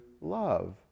love